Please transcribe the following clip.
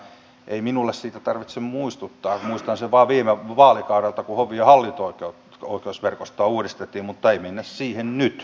ei minulle siitä tarvitse muistuttaa muistan sen vain viime vaalikaudelta kun hovi ja hallinto oikeusverkostoa uudistettiin mutta ei mennä siihen nyt